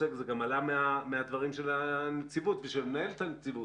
גם עלה מהדברים של הנציבות ושל מנהלת הנציבות.